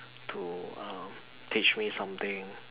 to uh teach me something